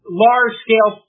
large-scale